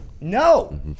No